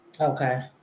Okay